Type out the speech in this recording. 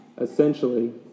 essentially